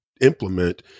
implement